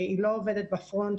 היא לא עובדת בפרונט,